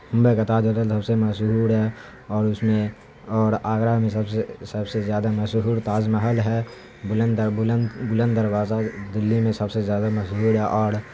ممبئی کا تاج ہوٹل سب سے مشہور ہے اور اس میں اور آگرہ میں سب سے سب سے زیادہ مشہور تاج محل ہے بلند بلند دروازہ دلی میں سب سے زیادہ مشہور ہے اور